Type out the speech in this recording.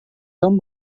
tom